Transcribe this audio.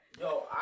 Yo